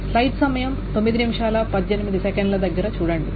ఇక్కడ ఒక ఉదాహరణ ఉంది